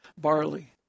barley